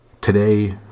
Today